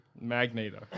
Magneto